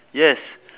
yes